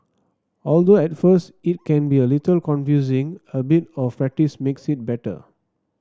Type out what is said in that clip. although at first it can be a little confusing a bit of practice makes it better